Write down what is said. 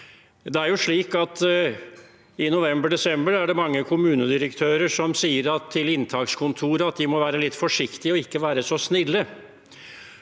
I november–desember er det mange kommunedirektører som sier til inntakskontoret at de må være litt forsiktige og ikke være så snille.